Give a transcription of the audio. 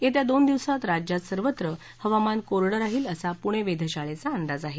येत्या दोन दिवसात राज्यात सर्वत्र हवामान कोरडं राहील असा पुणे वेधशाळेचा अंदाज आहे